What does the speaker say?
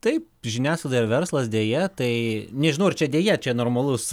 taip žiniasklaida ir verslas deja tai nežinau ar čia deja čia normalus